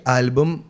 album